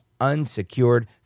unsecured